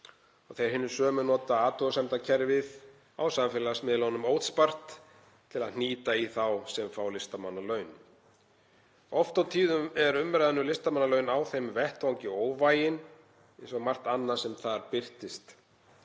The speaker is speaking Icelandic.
Þeir hinir sömu nota athugasemdakerfið á samfélagsmiðlunum óspart til að hnýta í þá sem fá listamannalaun. Oft á tíðum er umræðan um listamannalaun á þeim vettvangi óvægin eins og margt annað sem þar birtist.